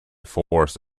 force